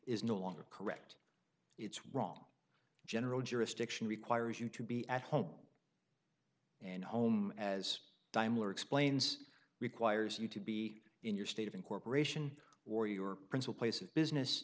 is no longer correct its wrong general jurisdiction requires you to be at home and home as dimler explains requires you to be in your state of incorporation or your prince will place of business